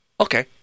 Okay